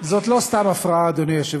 אדוני.